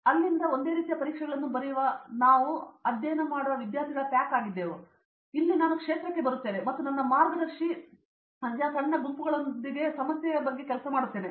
ಆದ್ದರಿಂದ ಅಲ್ಲಿಂದ ಒಂದೇ ರೀತಿಯ ಪರೀಕ್ಷೆಗಳನ್ನು ಬರೆಯುವ ನಾವು ಅಧ್ಯಯನ ಮಾಡುವ ವಿದ್ಯಾರ್ಥಿಗಳ ಪ್ಯಾಕ್ ಇದ್ದವು ಇಲ್ಲಿ ನಾನು ಕ್ಷೇತ್ರಕ್ಕೆ ಬರುತ್ತೇನೆ ಮತ್ತು ನಾನು ನನ್ನ ಮಾರ್ಗದರ್ಶಿ ಸಣ್ಣ ಗುಂಪುಗಳಂತೆಯೇ ಇದೇ ಸಮಸ್ಯೆಯನ್ನು ಮಾಡುತ್ತಿದ್ದೇನೆ